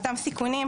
סיכונים,